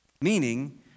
Meaning